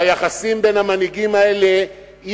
ביחסים בין המנהיגים האלה לא